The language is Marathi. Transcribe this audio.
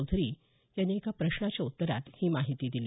चौधरी यांनी एका प्रश्नाच्या उत्तरात ही माहिती दिली